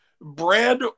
bread